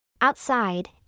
Outside